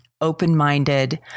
open-minded